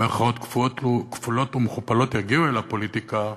במירכאות כפולות ומכופלות, יגיעו לפוליטיקה,